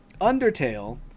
Undertale